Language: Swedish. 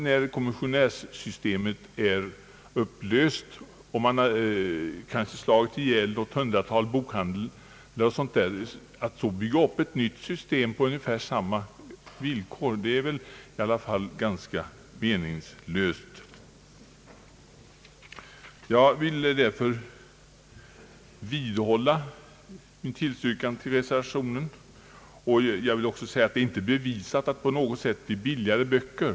När kommissionärssystemet är upplöst och man kanske har slagit ut något hundratal bokhandlare är det väl i alla fall ganska meningslöst att bygga upp ett system på ungefär samma villkor. Jag vidhåller därför min tillstyrkan till reservationen, särskilt som det ju inte på något sätt är bevisat att det blir billigare böcker.